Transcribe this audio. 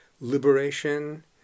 liberation